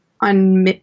on